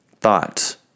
thoughts